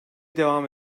devam